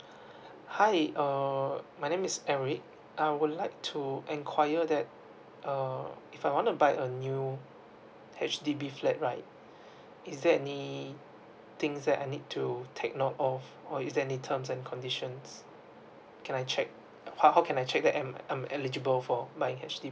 hi uh my name is eric I would like to inquire that uh if I want to buy a new H_D_B flat right is there any things that I need to take note of or is there any terms and conditions can I check how how can I check that I'm I'm eligible for my H_D_B